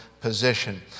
position